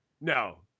No